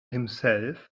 himself